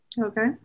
Okay